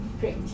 great